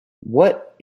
what